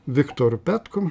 viktoru petkum